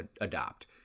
adopt